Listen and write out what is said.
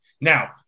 Now